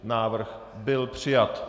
Návrh byl přijat.